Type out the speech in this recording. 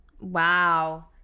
Wow